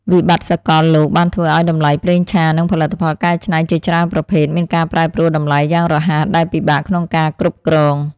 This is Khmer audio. វិបត្តិសកលលោកបានធ្វើឱ្យតម្លៃប្រេងឆានិងផលិតផលកែច្នៃជាច្រើនប្រភេទ មានការប្រែប្រួលតម្លៃយ៉ាងរហ័សដែលពិបាកក្នុងការគ្រប់គ្រង។